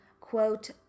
quote